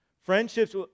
friendships